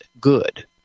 good